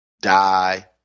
die